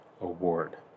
Award